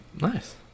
Nice